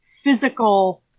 physical